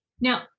Now